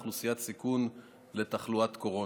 היא אוכלוסיית סיכון לחלות בקורונה.